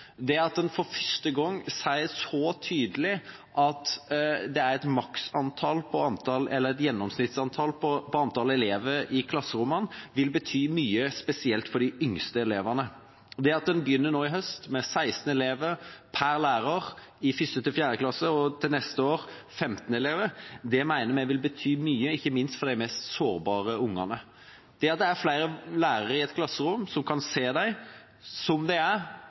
et maks gjennomsnittlig antall elever i klasserommene, vil bety mye, spesielt for de yngste elevene. Det at en nå i høst begynner med 16 elever per lærer i 1.–4. klasse og neste år 15 elever, mener vi vil bety mye – ikke minst for de mest sårbare barna. Det at det er flere lærere i et klasserom som kan se dem som de er,